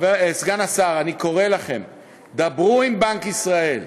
סגן השר, אני קורא לכם: דברו עם בנק ישראל,